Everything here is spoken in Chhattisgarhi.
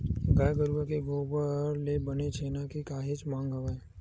गाय गरुवा के गोबर ले बने छेना के काहेच मांग हवय